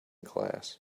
class